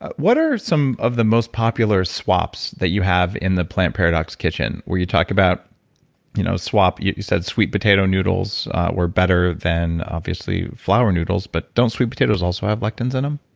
what are some of the most popular swaps that you have in the plant paradox kitchen where you talk about you know swap. you you said sweet potato noodles were better than obviously flour noodles, but don't sweet potatoes also have lectins in them?